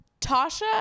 tasha